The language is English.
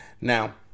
Now